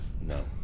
No